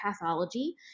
pathology